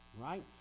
Right